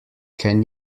can